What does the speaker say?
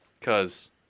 Cause